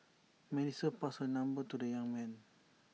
Melissa passed her number to the young man